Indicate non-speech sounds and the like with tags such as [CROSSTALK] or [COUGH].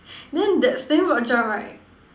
[BREATH] then that standing broad jump right